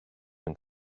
and